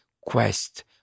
quest